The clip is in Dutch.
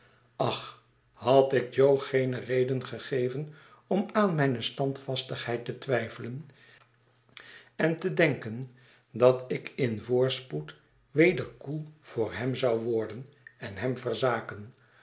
ach had ik jo geene reden gegeven om aan mijne standvastigheid te twijfelen en te denken dat ik in voorspoed weder koel voor hem zou worden en